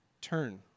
turn